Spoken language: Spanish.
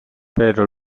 pero